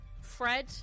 Fred